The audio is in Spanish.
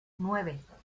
nueve